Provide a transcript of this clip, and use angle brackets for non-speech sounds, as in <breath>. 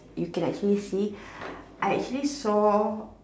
you can actually see <breath> I actually saw